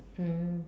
mm